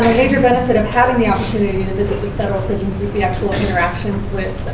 major benefit of having the opportunity to visit the federal prisons is the actual interactions with